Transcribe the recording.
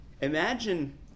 imagine